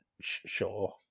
sure